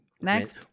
next